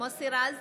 מוסי רז,